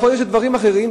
יכול להיות שהדברים אחרים.